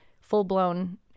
full-blown